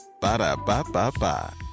Ba-da-ba-ba-ba